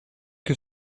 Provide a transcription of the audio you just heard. que